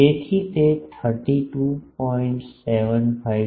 તેથી તે 32